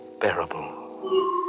bearable